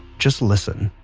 just listen.